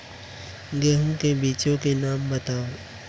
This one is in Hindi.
गेहूँ के बीजों के नाम बताओ?